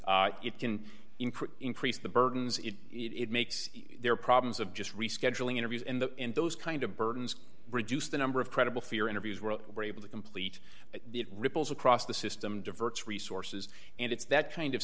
improve increase the burdens if it makes their problems of just rescheduling interviews in the end those kind of burdens reduce the number of credible fear interviews world were able to complete the ripples across the system diverts resources and it's that kind of